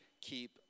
keep